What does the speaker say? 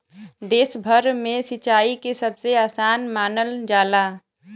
देश भर में सिंचाई के सबसे आसान मानल जाला